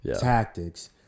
tactics